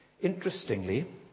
Interestingly